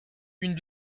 une